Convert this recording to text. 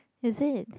is it